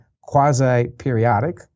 quasi-periodic